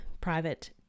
private